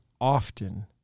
often